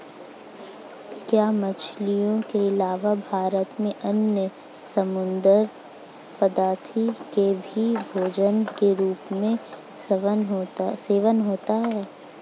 क्या मछलियों के अलावा भारत में अन्य समुद्री पदार्थों का भी भोजन के रूप में सेवन होता है?